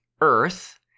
earth